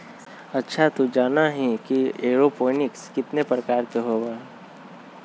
अच्छा तू जाना ही कि एरोपोनिक्स कितना प्रकार के होबा हई?